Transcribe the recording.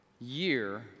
year